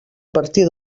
partir